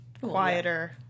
quieter